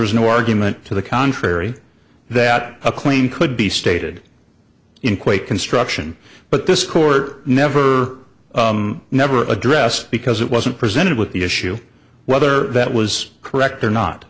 is no argument to the contrary that a claim could be stated in quake construction but this court never never addressed because it wasn't presented with the issue whether that was correct or not